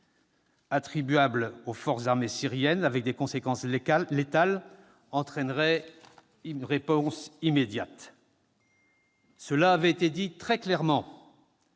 attribuable aux forces armées syriennes, avec des conséquences létales, entraînerait une riposte immédiate. Cela avait été dit clairement,